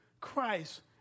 Christ